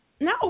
No